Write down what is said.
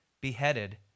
beheaded